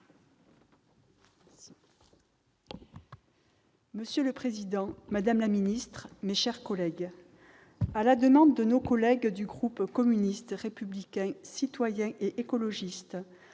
Monsieur le président, madame la ministre, mes chers collègues, à la demande de nos collègues du groupe communiste républicain citoyen et écologiste,